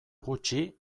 gutxi